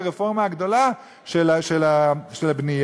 ברפורמה הגדולה של הבנייה?